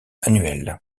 annuel